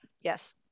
Yes